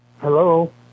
Hello